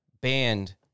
banned